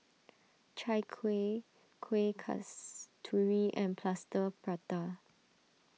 Chai Kuih Kueh Kasturi and Plaster Prata